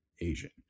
Asian